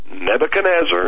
Nebuchadnezzar